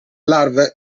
larve